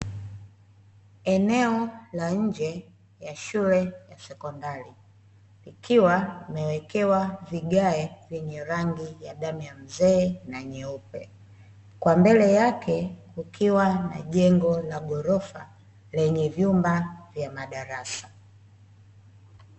Eneo la nje ya shule ya sekondari ikiwa imewekewa vigae vyenye rangi ya damu ya mzee na nyeupe. Kwa mbele yake kukiwa na jengo la ghorofa lenye vyumba vya madarasa.